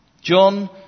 John